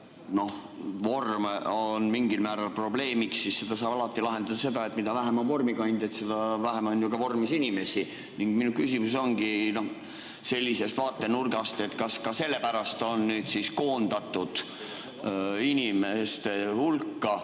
vorm on mingil määral probleemiks, siis seda saab alati lahendada nii, et mida vähem on vormikandjaid, seda vähem on ka vormis inimesi. Mu küsimus ongi sellest vaatenurgast: kas sellepärast on nüüd koondatud inimeste hulka